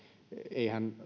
eihän